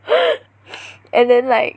and then like